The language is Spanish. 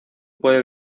puede